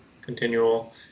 continual